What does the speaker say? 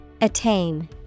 Attain